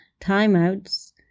timeouts